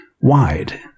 wide